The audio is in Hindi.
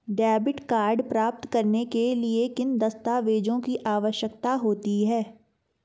डेबिट कार्ड प्राप्त करने के लिए किन दस्तावेज़ों की आवश्यकता होती है?